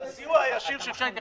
הסיוע הישיר הוא שולי.